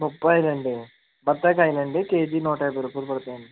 బొప్పాయిలా అండి బత్తాకాయలా అండి కేజీ నూటయాభై రూపాయలు పడుతాయండి